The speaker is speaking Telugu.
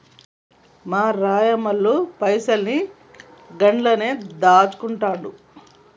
మా రాయమల్లు పైసలన్ని గండ్లనే దాస్కుంటండు